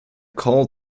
called